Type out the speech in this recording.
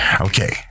Okay